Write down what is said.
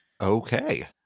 Okay